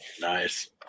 Nice